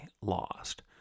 lost